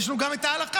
אבל יש לנו גם את ההלכה,